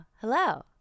Hello